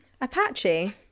Apache